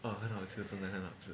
!wah! 很好吃真的很好吃